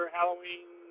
Halloween